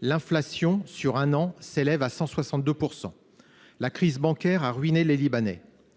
L'inflation, sur un an, s'élève à 162 %. La crise bancaire a ruiné les Libanais.